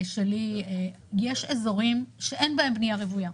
יש אזורים שאין בהם בנייה רוויה.